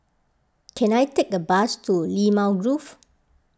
can I take a bus to Limau Grove